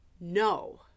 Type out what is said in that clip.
no